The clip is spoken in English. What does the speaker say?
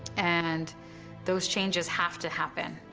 and those changes have to happen.